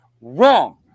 Wrong